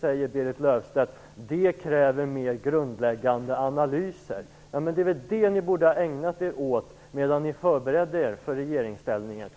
säger Berit Löfstedt att det kräver mer grundläggande analyser. Ja, men det borde ni väl ha ägnat er åt medan ni förberedde er för regeringsställningen.